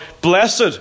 Blessed